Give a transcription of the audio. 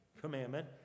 commandment